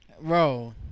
bro